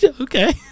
Okay